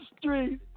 street